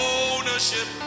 ownership